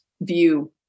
view